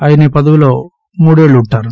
ఆయన ఆ పదవిలో మూడేళ్లు ఉంటారు